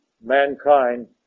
mankind